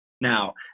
Now